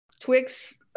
Twix